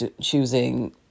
choosing